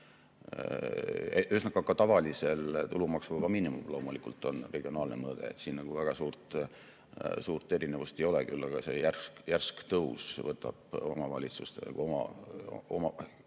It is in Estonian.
Ühesõnaga, ka tavalisel tulumaksuvabal miinimumil loomulikult on regionaalne mõõde, siin nagu väga suurt erinevust ei ole, küll aga see järsk tõus võtab omavalitsustes